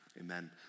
Amen